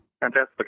Fantastic